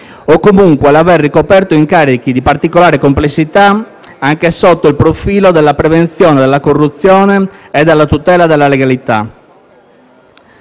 o, comunque, l'aver ricoperto incarichi di particolare complessità anche sotto il profilo della prevenzione della corruzione e della tutela della legalità.